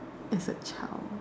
as a child